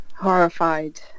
Horrified